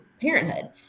parenthood